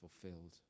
fulfilled